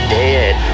dead